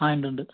ആ ഇണ്ട്ണ്ട്